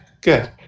Good